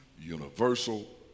universal